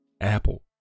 Apple